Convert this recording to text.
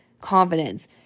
confidence